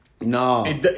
No